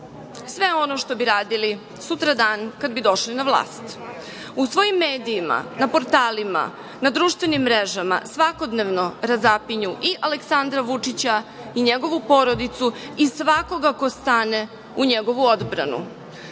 Sve ono što bi radili sutradan kad bi došli na vlast.U svojim medijima, na portalima, na društvenim mrežama svakodnevno razapinju i Aleksandra Vučića i njegovu porodicu i svakoga ko stane u njegovu odbranu.